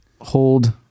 hold